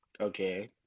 Okay